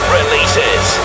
releases